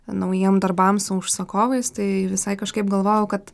naujiem darbam su užsakovais tai visai kažkaip galvojau kad